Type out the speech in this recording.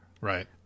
Right